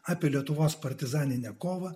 apie lietuvos partizaninę kovą